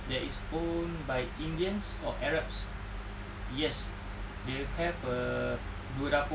there is owned by indians or arabs yes they will have a dua dapur